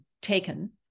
taken